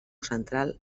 central